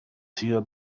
sido